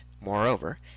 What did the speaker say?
moreover